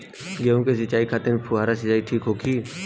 गेहूँ के सिंचाई खातिर फुहारा सिंचाई ठीक होखि?